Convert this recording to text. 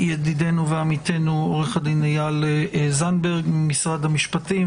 ידידנו ועמיתנו עו"ד איל זנדברג ממשרד המשפטים,